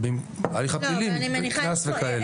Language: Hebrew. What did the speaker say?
מהליך פלילי, מקנס וכו'.